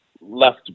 left